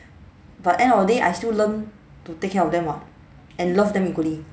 but end of the day I still learn to take care of them [what] and love them equally